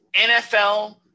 NFL